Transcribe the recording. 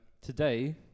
Today